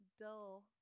Dull